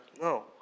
No